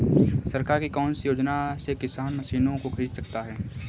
सरकार की कौन सी योजना से किसान मशीनों को खरीद सकता है?